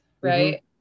right